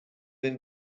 been